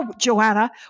Joanna